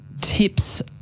Tips